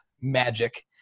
magic